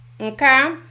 Okay